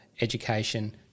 education